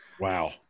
wow